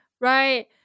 Right